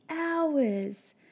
hours